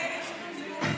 ההסתייגות של קבוצת